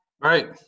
right